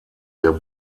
der